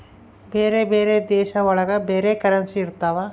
ಬೇರೆ ಬೇರೆ ದೇಶ ಒಳಗ ಬೇರೆ ಕರೆನ್ಸಿ ಇರ್ತವ